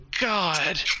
God